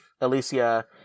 Alicia